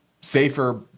safer